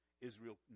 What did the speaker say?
Israel